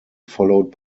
followed